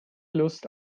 lust